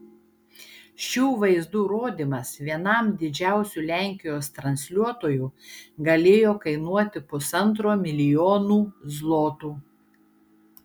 šių vaizdų rodymas vienam didžiausių lenkijos transliuotojų galėjo kainuoti pusantro milijonų zlotų